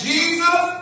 Jesus